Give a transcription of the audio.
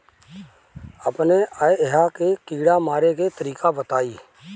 अपने एहिहा के कीड़ा मारे के तरीका बताई?